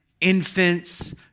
infants